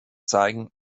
zeigen